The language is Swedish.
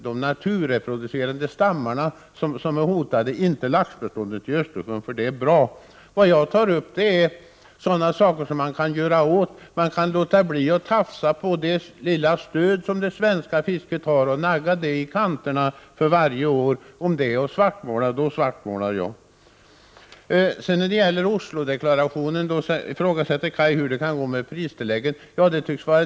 De naturreproducerande stammarna som är hotade är inte i laxbestånd i Östersjön. Det beståndet är för närvarande bra. Jag tar upp sådant till diskussion som man kan göra något åt. Man kan låta bli att tafsa och nagga i kanterna varje år på det lilla stöd som det svenska fisket får. Om detta är att svartmåla, kan jag hålla med om att jag nu svartmålar. När det gäller Oslodeklarationen undrar Kaj Larsson hur det kan komma att gå med pristillägget.